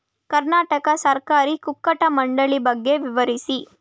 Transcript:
ಕರ್ನಾಟಕ ಸಹಕಾರಿ ಕುಕ್ಕಟ ಮಂಡಳಿ ಬಗ್ಗೆ ವಿವರಿಸಿ?